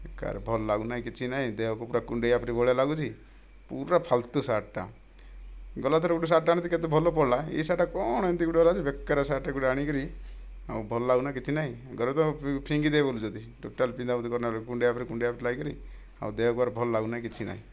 ବେକାର ଭଲ ଲାଗୁନାହିଁ କିଛି ନାହିଁ ଦେହକୁ ପୁରା କୁଣ୍ଡେଇଲା ଭଳିଆ ଲାଗୁଛି ପୁରା ଫାଲତୁ ସାର୍ଟଟା ଗଲା ଥର ଗୋଟିଏ ସାର୍ଟଟା ଆଣିଥିଲି କେତେ ଭଲ ପଡ଼ିଲା ଏହି ସାର୍ଟ କ'ଣ ଏମିତି ଗୋଟେ ହେଲା ଯେ ବେକାରିଆ ସାର୍ଟ ଗୋଟେ ଆଣିକି ଆଉ ଭଲ ଲାଗୁନି କିଛି ନାହିଁ ଘରେ ତ ଫିଙ୍ଗି ଦେ ବୋଲୁଛନ୍ତି ଟୋଟାଲ ପିନ୍ଧା ପିନ୍ଧି କର ନା ଫେର କୁଣ୍ଡିଆ ଉପରେ କୁଣ୍ଡିଆ ଏପ୍ଲାଇ କରିକି ଆଉ ଦେହକୁ ଆହୁରି ଭଲ ଲାଗୁନାହିଁ କିଛି ନାହିଁ